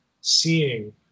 seeing